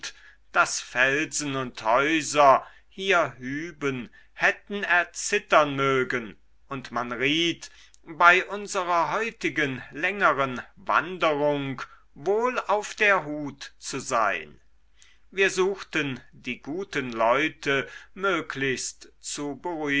daß felsen und häuser hier hüben hätten er zittern mögen und man riet bei unserer heutigen längeren wanderung wohl auf der hut zu sein wir suchten die guten leute möglichst zu